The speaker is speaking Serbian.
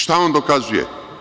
Šta on dokazuje?